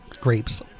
Grapes